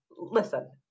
Listen